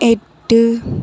எட்டு